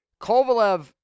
Kovalev